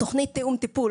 תוכנית "תיאום טיפול").